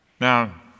Now